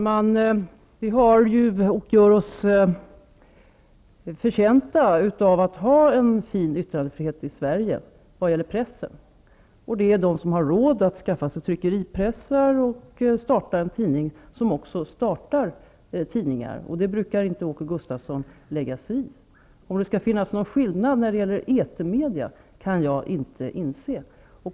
Herr talman! Vi har gjort oss förtjänta av att ha en fin yttrandefrihet i Sverige vad gäller pressen. De som har råd att skaffa sig tryckpressar och starta en tidning är också de som gör det. Det brukar inte Åke Gustavsson lägga sig i. Att det skulle vara en skillnad när det gäller etermedierna kan jag inte inse.